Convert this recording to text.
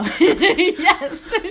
yes